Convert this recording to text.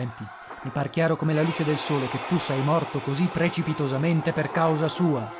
enti i par chiaro come la luce del sole che tu sei morto così precipitosamente per causa sua